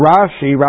Rashi